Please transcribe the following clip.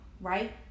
right